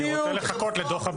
אני רוצה לחכות לדוח הביניים.